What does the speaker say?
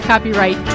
Copyright